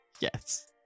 Yes